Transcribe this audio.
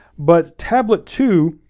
but tablet two